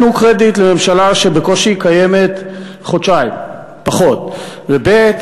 תנו קרדיט לממשלה שבקושי קיימת חודשיים, פחות, וב.